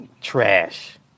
trash